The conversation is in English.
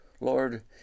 Lord